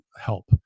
help